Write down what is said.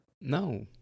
No